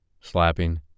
Slapping